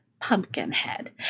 Pumpkinhead